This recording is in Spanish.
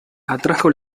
atrajo